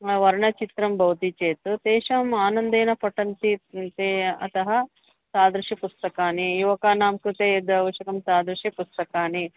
वर्णचित्रं भवति चेत् ते आनन्देन पठन्ति ते अतः तादृशानि पुस्तकानि युवकानां कृते यदावश्यकं तादृशानि पुस्तकानि